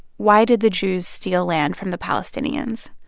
why did the jews steal land from the palestinians?